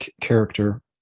character